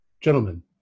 gentlemen